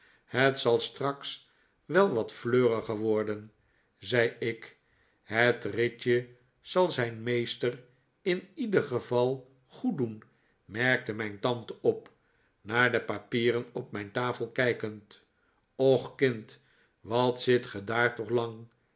het zal straks wel wat fleuriger worden zei ik het ritje zal zijn meester in ieder geval goeddoen merkte mijn tante op naar de papieren op mijn tafel kijkend och kind wat zit ge daar toch lang